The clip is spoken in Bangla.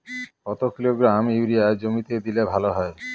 কত কিলোগ্রাম ইউরিয়া জমিতে দিলে ভালো হয়?